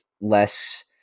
less